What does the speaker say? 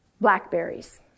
blackberries